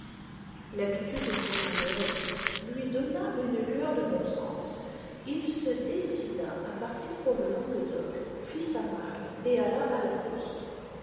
l'habitude du malheur lui donna une lueur de bon sens il se décida à partir pour le languedoc fit sa malle et alla à la poste